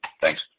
Thanks